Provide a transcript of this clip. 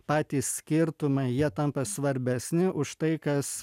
patys skirtumai jie tampa svarbesni už tai kas